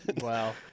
Wow